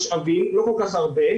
משאבים ולא כל כך הרבה,